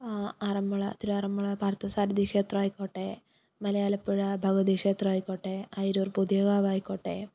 ആറമ്മുള തിരു ആറമ്മുള പാര്ത്ഥസാരഥി ക്ഷേത്രമായിക്കോട്ടേ മലയാലപ്പുഴ ഭഗവതി ക്ഷേത്രമായിക്കോട്ടേ അയിരൂര് പുതിയ കാവായിക്കോട്ടേ